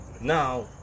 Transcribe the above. Now